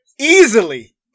Easily